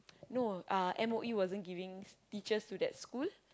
no uh M_O_E wasn't giving teachers to that school